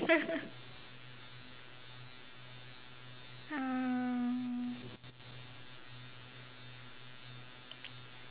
um